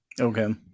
Okay